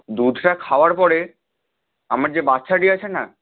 দুধটা খাওয়ার পরে আমার যে বাচ্চাটি আছে না